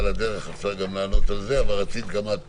על הדרך אפשר לענות גם על זה, אבל רצית גם את